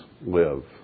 live